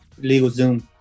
LegalZoom